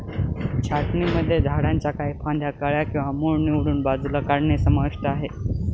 छाटणीमध्ये झाडांच्या काही फांद्या, कळ्या किंवा मूळ निवडून बाजूला काढणे समाविष्ट आहे